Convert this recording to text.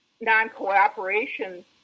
non-cooperation